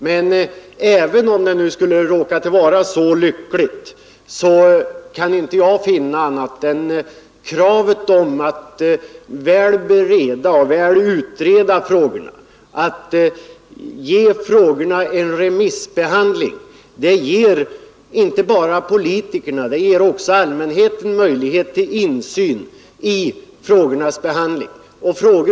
Men även om det skulle råkat vara så lyckligt, anser jag att metoden att väl bereda och väl utreda frågorna och underkasta dem en remissbehandling ger politikerna och allmänheten möjlighet till insyn i frågornas behandling.